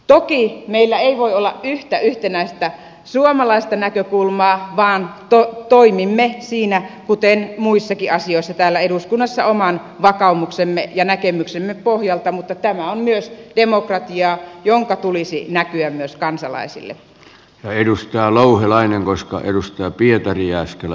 toki meillä ei voi olla yhtä yhtenäistä suomalaista näkökulmaa vaan toimimme siinä kuten muissakin asioissa täällä eduskunnassa oman vakaumuksemme ja näkemyksemme pohjalta mutta tämä on myös demokratiaa jonka tulisi näkyä myös kansalaisille edustaja louhelainen koska edustaa pietari jääskelä